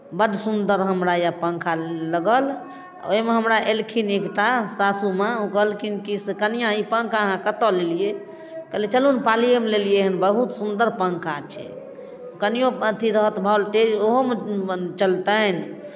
बड्ड सुन्दर हमरा यए पंखा लागल आ ओहिमे हमरा एलखिन एकटा सासुमा ओ कहलखिन कि से कनिआँ ई पंखा अहाँ कतय लेलियै कहलियै चलू ने पालिएमे लेलियै हेँ बहुत सुन्दर पंखा छै कनिओ अथि रहत वोल्टेज ओहोमे चलतनि